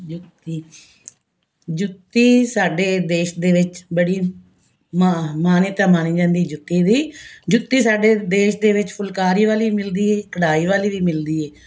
ਜੁੱਤੀ ਜੁੱਤੀ ਸਾਡੇ ਦੇਸ਼ ਦੇ ਵਿੱਚ ਬੜੀ ਮਾਂ ਮਾਨਿਅਤਾ ਮਾਨੀ ਜਾਂਦੀ ਜੁੱਤੀ ਦੀ ਜੁੱਤੀ ਸਾਡੇ ਦੇਸ਼ ਦੇ ਵਿੱਚ ਫੁਲਕਾਰੀ ਵਾਲੀ ਮਿਲਦੀ ਹੈ ਕਢਾਈ ਵਾਲੀ ਵੀ ਮਿਲਦੀ ਏ